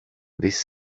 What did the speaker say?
this